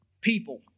people